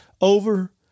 over